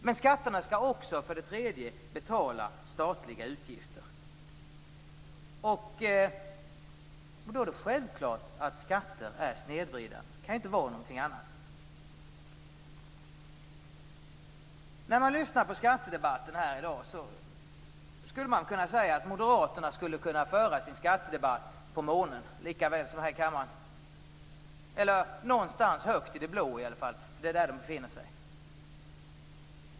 Men skatterna skall också för det tredje betala statliga utgifter. Det är då självklart att skatter är snedvridande. De kan inte vara någonting annat. När man lyssnar på skattedebatten här i dag skulle man kunna säga att moderaterna lika väl skulle kunna föra sin skattedebatt på månen eller i alla fall någonstans högt i det blå. Det är där som de befinner sig.